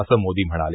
असं मोदी म्हणाले